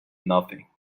nothing